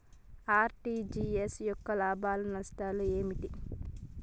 RTGS యొక్క లాభాలు నష్టాలు ఏమిటి?